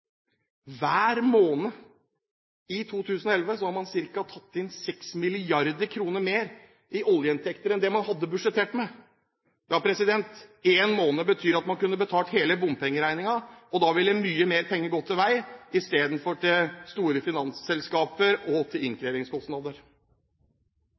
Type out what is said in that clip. Hver måned i 2011 har man tatt inn ca. 6 mrd. kr mer i oljeinntekter enn det man hadde budsjettert med. Én måned betyr at man kunne betalt hele bompengeregningen, og da ville mye mer penger gått til vei istedenfor til store finansselskaper og til